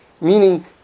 Meaning